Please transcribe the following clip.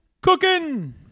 cooking